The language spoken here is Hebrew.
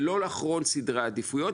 ולא לאחרון סדרי העדיפויות,